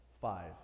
five